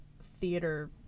theater